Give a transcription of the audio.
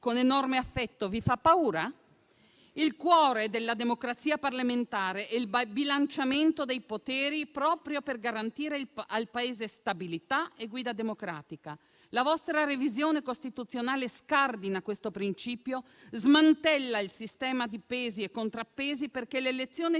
con enorme affetto, vi fa paura? Il cuore della democrazia parlamentare è il bilanciamento dei poteri, proprio per garantire al Paese stabilità e guida democratica. La vostra revisione costituzionale scardina questo principio e smantella il sistema di pesi e contrappesi, perché l'elezione